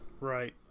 right